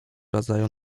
rodzaju